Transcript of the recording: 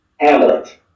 Hamlet